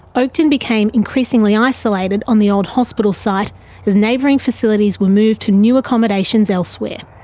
oakden became increasingly isolated on the old hospital site as neighbouring facilities were moved to new accommodations elsewhere.